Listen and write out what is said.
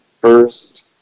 first